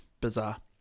bizarre